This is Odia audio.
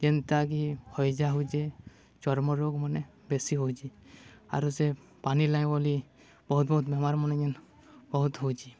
ଯେନ୍ତା କିି ହଇଜା ହଉଚେ ଚର୍ମ ରୋଗ ମାନେ ବେଶୀ ହଉଛେ ଆରୁ ସେ ପାନି ଲାଗି ବୋଲି ବହୁତ୍ ବହୁତ୍ ବେମାର୍ମାନେ ଯେନ୍ ବହୁତ୍ ହଉଛେ